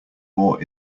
war